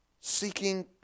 seeking